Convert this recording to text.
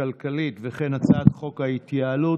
הכלכלית והצעת חוק ההתייעלות